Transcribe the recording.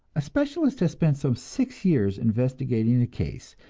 a specialist has spent some six years investigating the case,